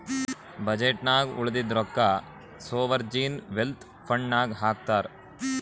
budget ನಾಗ್ ಉಳದಿದ್ದು ರೊಕ್ಕಾ ಸೋವರ್ಜೀನ್ ವೆಲ್ತ್ ಫಂಡ್ ನಾಗ್ ಹಾಕ್ತಾರ್